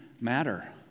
matter